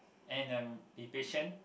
and um be patient